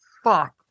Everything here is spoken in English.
Fuck